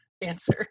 answer